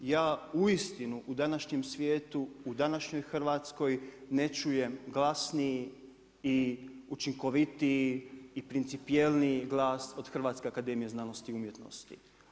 Ja uistinu u današnjem svijetu u današnjoj Hrvatskoj ne čujem glasniji i učinkovitiji i principijelniji glas od Hrvatske akademije znanosti i umjetnosti.